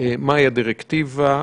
מהי הדירקטיבה.